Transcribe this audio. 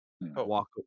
walk